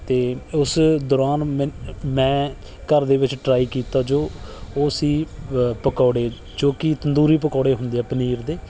ਅਤੇ ਉਸ ਦੌਰਾਨ ਮ ਮੈਂ ਘਰ ਦੇ ਵਿੱਚ ਟਰਾਈ ਕੀਤਾ ਜੋ ਉਹ ਸੀ ਪਕੌੜੇ ਜੋ ਕਿ ਤੰਦੂਰੀ ਪਕੌੜੇ ਹੁੰਦੇ ਆ ਪਨੀਰ ਦੇ